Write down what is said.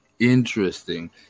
Interesting